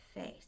face